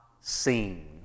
seen